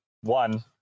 one